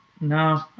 no